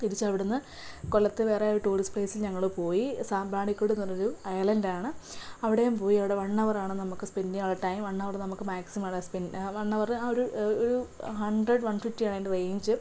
തിരിച്ചവിടന്ന് കൊല്ലത്ത് വേറെ ടൂറിസ്റ്റ് പ്ലെയിസിൽ ഞങ്ങൾ പോയി സാമ്പ്രാണിക്കൊടിയെന്ന് പറഞ്ഞൊരു ഐലൻഡാണ് അവിടെയും പോയി അവിടെ വൺ ഹവറാണ് നമുക്ക് സ്പെൻറ്റ് ചെയ്യാനുള്ള ടൈമ് വൺ ഹവർ നമുക്ക് മാക്സിമം വളരെ സ്പെൻഡ് വൺ ഹവറ് ആ ഒരു ഒരു ഹണ്ട്രഡ് വൺ ഫിഫ്റ്റിയാണ് അതിൻ്റെ റേഞ്ച്